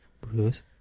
Bruce